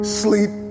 sleep